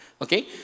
okay